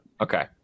okay